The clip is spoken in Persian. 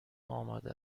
آماده